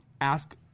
ask